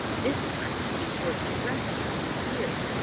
this time hitting bert directly in the ear.